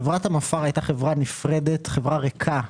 חברת מפא"ר הייתה חברה נפרדת, חברה ריקה.